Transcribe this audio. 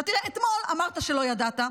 תראה, אתמול אמרת שלא ידעת,